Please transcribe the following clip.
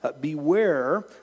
Beware